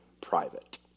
private